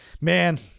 man